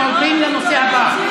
אנחנו עוברים לנושא הבא,